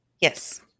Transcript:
Yes